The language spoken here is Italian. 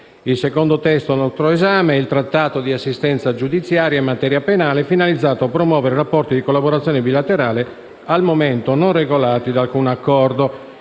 Il secondo testo è il Trattato di assistenza giudiziaria in materia penale, finalizzato a promuovere rapporti di collaborazione bilaterale, al momento non regolati da alcun accordo.